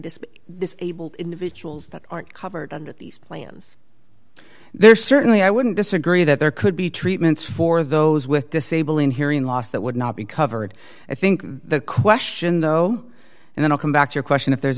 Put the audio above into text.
this this abled individuals that aren't covered under these plans there's certainly i wouldn't disagree that there could be treatments for those with disabling hearing loss that would not be covered i think the question though and then i'll come back to your question if there